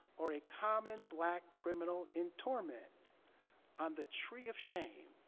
or a common black criminal in torment on the tree of shame.